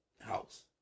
house